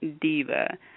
Diva